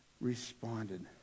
responded